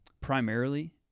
Primarily